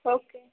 okay